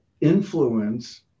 influence